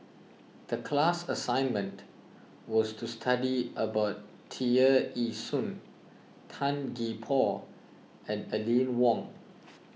the class assignment was to study about Tear Ee Soon Tan Gee Paw and Aline Wong